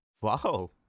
Wow